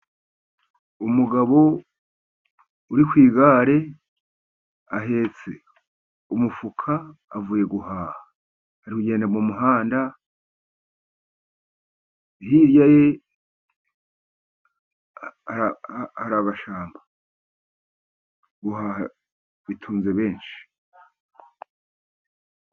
Umugabo uri ku igare, ahetse umufuka avuye guhaha, ari kugenda mu muhanda, hirya ye hari agashyamba, guhaha bitunze benshi.